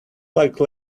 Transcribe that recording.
like